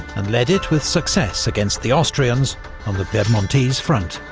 and led it with success against the austrians on the piedmontese front.